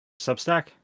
Substack